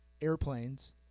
airplanes